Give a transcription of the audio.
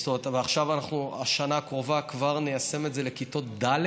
בשנה הקרובה כבר ניישם את זה כבר בכיתות ד',